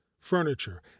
furniture